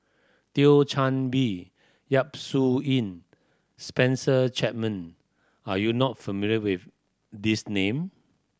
Thio Chan Bee Yap Su Yin Spencer Chapman are you not familiar with this name